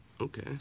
Okay